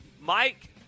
Mike –